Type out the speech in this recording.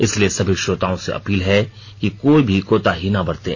इसलिए सभी श्रोताओं से अपील है कि कोई भी कोताही ना बरतें